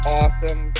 awesome